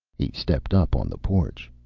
he stepped up on the porch.